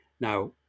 Now